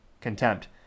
contempt